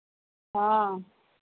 हाँ